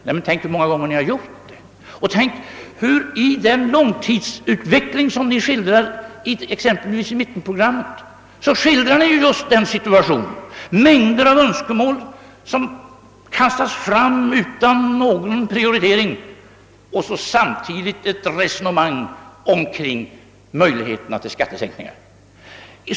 Nej, men tänk hur många gånger ni tidigare har gjort det. I den långtidsutveckling ni skildrar i mittenprogrammet behandlar ni just denna situation. Där framkastas mängder av önskemål utan någon prioritering och samtidigt för ni ett resonemang kring möjligheterna till skattesänkningar.